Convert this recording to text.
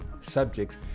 subjects